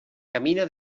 camina